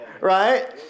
right